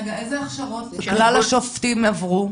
רגע, איזה הכשרות למשל השופטים עברו?